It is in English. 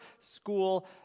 school